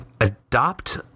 adopt